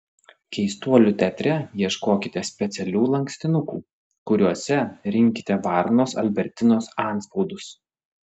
keistuolių teatre ieškokite specialių lankstinukų kuriuose rinkite varnos albertinos antspaudus